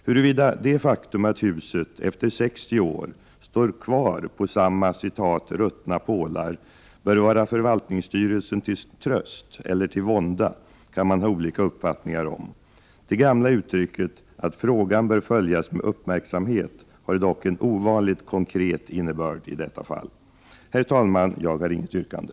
Huruvida det faktum att huset efter 60 år står kvar på samma ”ruttna pålar” bör vara förvaltningsstyrelsen till tröst eller till vånda kan man ha olika uppfattningar om. Det gamla uttrycket att frågan bör följas med uppmärksamhet har dock en ovanligt konkret innebörd i detta fall. Herr talman, jag har inget yrkande.